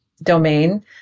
domain